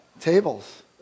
Tables